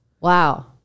Wow